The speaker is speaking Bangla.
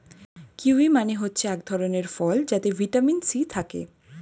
কিউয়ি মানে হচ্ছে এক ধরণের ফল যাতে ভিটামিন সি থাকে